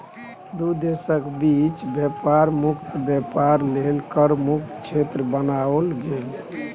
दू देशक बीच बेपार मुक्त बेपार लेल कर मुक्त क्षेत्र बनाओल गेल